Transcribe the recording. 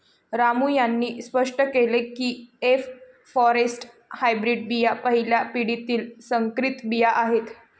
रामू यांनी स्पष्ट केले की एफ फॉरेस्ट हायब्रीड बिया पहिल्या पिढीतील संकरित बिया आहेत